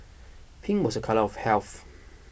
pink was a colour of health